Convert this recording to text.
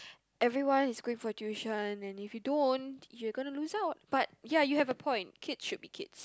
everyone is going for tuition and if you don't you're gonna lose out but ya you have a point kids should be kids